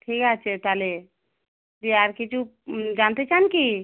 ঠিক আছে তাহলে যদি আর কিছু জানতে চান কি